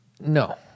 No